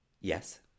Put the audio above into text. Yes